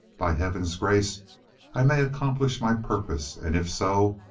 by heaven's grace i may accomplish my purpose, and, if so,